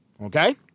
okay